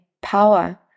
power